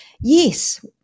Yes